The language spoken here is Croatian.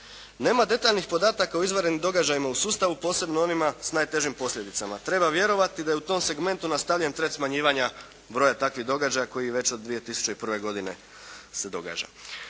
Nema detaljnih podataka o izvanrednim događajima u sustavu, posebno onima s najtežim posljedicama. Treba vjerovati da je u tom segmentu nastavljen trend smanjivanja broja takvih događaja koji već od 2001. godine se događa.